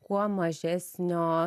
kuo mažesnios